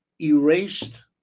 erased